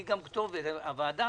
והוועדה,